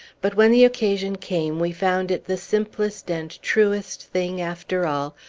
but when the occasion came we found it the simplest and truest thing, after all,